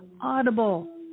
Audible